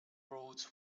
roads